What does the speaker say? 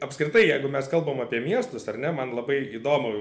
apskritai jeigu mes kalbam apie miestus ar ne man labai įdomu